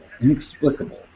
Inexplicable